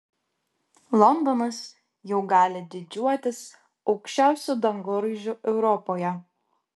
londonas jau gali didžiuotis aukščiausiu dangoraižiu europoje